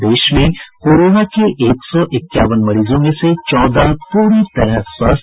और देश में कोरोना के एक सौ इक्यावन मरीजों में से चौदह पूरी तरह स्वस्थ